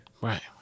Right